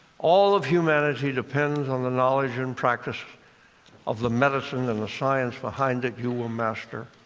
all of humanity depends on the knowledge and practice of the medicine and the science behind it you will master.